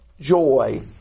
joy